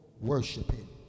worshiping